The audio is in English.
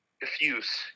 diffuse